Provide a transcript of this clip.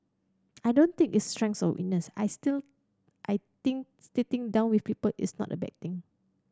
I don't think it's strength or weakness I still I think sitting down with people is not a bad thing